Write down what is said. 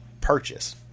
purchase